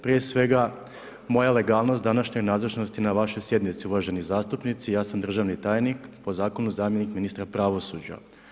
Prije svega, moja legalnost današnje nazočnosti na vašoj sjednici uvaženi zastupnici, ja sam državni tajnik, po zakonu zamjenik ministra pravosuđa.